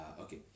Okay